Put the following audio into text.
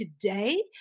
today